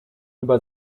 über